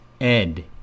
Ed